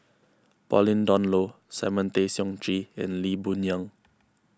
Pauline Dawn Loh Simon Tay Seong Chee and Lee Boon Yang